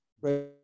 right